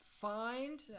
find